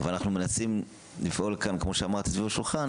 אנחנו מנסים לפעול כאן כמו שאמרתי, סביב השולחן